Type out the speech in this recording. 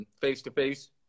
face-to-face